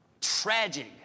Tragic